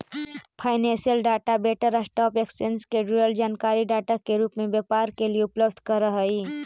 financial data vendor stock exchange से जुड़ल जानकारी डाटा के रूप में व्यापारी के उपलब्ध करऽ हई